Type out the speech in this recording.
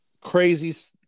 Crazy